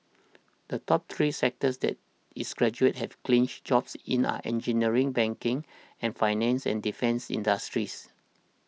the top three sectors that its graduates have clinched jobs in are engineering banking and finance and defence industries